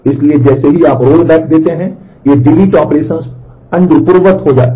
इसलिए जैसे ही आप रोलबैक देते हैं ये डिलीट ऑपरेशंस पूर्ववत हो जाते हैं